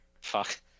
Fuck